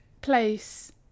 place